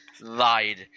lied